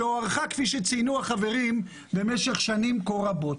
שהוארכה במשך שנים כה רבות?